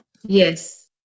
yes